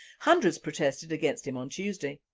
hundreds protested against him on tuesday.